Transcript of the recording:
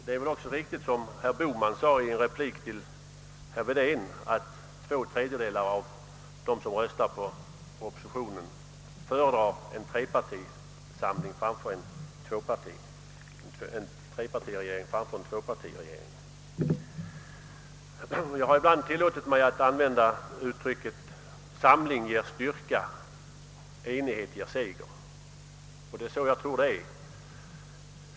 Det torde också, såsom herr Bohman framhöll i en replik till herr Wedén, vara så att två tredjedelar av dem som röstar på oppositionen föredrar en trepartiregering framför en tvåpartiregering. Jag har ibland tillåtit mig använda uttrycket »Samling ger styrka, enighet ger seger». Jag tror att så är förhållandet.